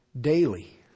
Daily